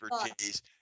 expertise